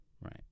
right